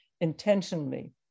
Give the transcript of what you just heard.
intentionally